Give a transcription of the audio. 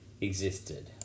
existed